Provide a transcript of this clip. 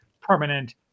permanent